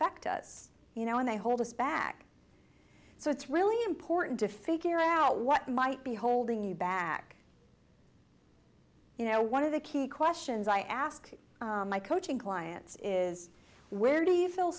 practice you know and they hold us back so it's really important to figure out what might be holding you back you know one of the key questions i ask my coaching clients is where do you feel